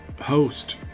host